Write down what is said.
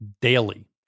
daily